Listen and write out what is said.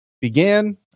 began